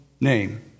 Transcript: name